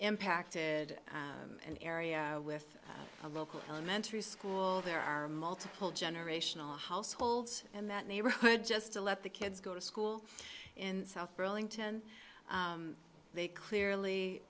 impacted an area with a local elementary school there are multiple generational households in that neighborhood just to let the kids go to school in south burlington they clearly